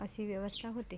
अशी व्यवस्था होते